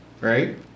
right